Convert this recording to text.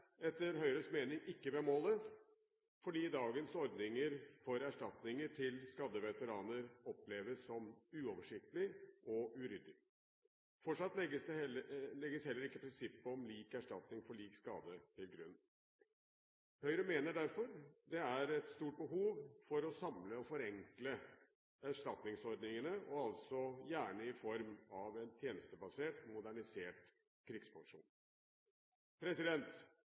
etter Høyres mening ikke ved målet, fordi dagens ordninger for erstatninger til skadde veteraner oppleves som uoversiktlige og uryddige. Fortsatt legges heller ikke prinsippet om lik erstatning for lik skade til grunn. Høyre mener derfor det er et stort behov for å samle og forenkle erstatningsordningene, og altså gjerne i form av en tjenestebasert, modernisert